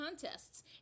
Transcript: contests